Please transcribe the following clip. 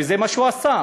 וזה מה שהוא עשה.